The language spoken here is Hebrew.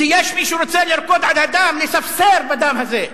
כי יש מי שרוצה לרקוד על הדם, לספסר בדם הזה,